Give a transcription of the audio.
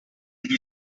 gli